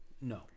no